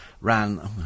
ran